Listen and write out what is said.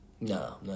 No